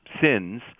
sins